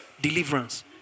deliverance